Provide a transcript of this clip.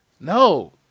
No